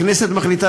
הכנסת מחליטה,